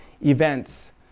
events